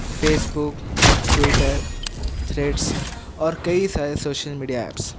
face بک Twitter Threads اور کئی سارے سوشل میڈیا ایپس